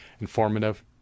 informative